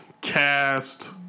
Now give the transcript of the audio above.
cast